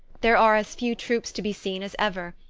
there are as few troops to be seen as ever,